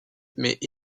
mais